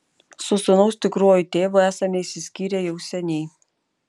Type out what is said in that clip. su sūnaus tikruoju tėvu esame išsiskyrę jau seniai